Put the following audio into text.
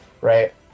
right